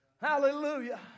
Hallelujah